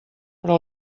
però